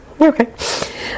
Okay